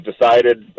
decided